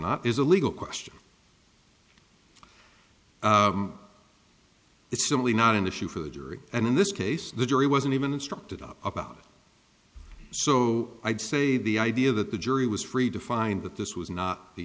not is a legal question it's simply not an issue for the jury and in this case the jury wasn't even instructed up about so i'd say the idea that the jury was free to find that this was